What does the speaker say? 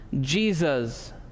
Jesus